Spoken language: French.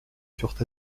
furent